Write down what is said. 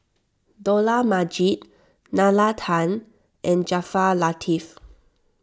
Dollah Majid Nalla Tan and Jaafar Latiff